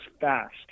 fast